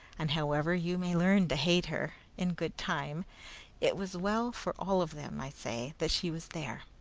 and however you may learn to hate her, in good time it was well for all of them, i say, that she was there,